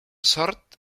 sort